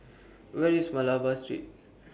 Where IS Malabar Street